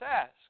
ask